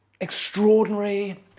extraordinary